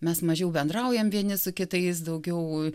mes mažiau bendraujam vieni su kitais daugiau